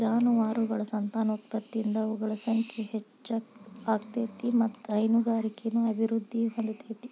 ಜಾನುವಾರಗಳ ಸಂತಾನೋತ್ಪತ್ತಿಯಿಂದ ಅವುಗಳ ಸಂಖ್ಯೆ ಹೆಚ್ಚ ಆಗ್ತೇತಿ ಮತ್ತ್ ಹೈನುಗಾರಿಕೆನು ಅಭಿವೃದ್ಧಿ ಹೊಂದತೇತಿ